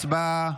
הצבעה.